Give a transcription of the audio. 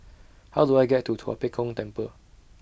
How Do I get to Tua Pek Kong Temple